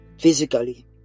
physically